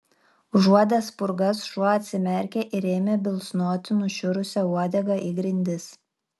užuodęs spurgas šuo atsimerkė ir ėmė bilsnoti nušiurusia uodega į grindis